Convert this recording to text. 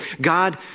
God